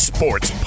Sports